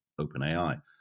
OpenAI